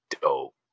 dope